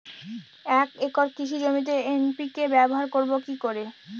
এক একর কৃষি জমিতে এন.পি.কে ব্যবহার করব কি করে?